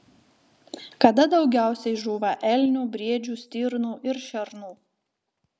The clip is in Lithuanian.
kada daugiausiai žūva elnių briedžių stirnų ir šernų